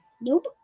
Nope